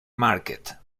market